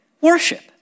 worship